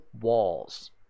walls